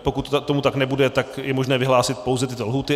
Pokud tomu tak nebude, tak je možné vyhlásit pouze tyto lhůty.